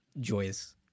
joyous